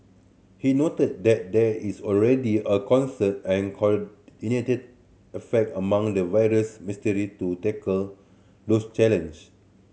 he noted that there is already a concerted and coordinated affect among the various ministry to tackle those challenge